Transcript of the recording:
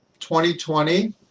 2020